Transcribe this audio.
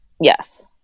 Yes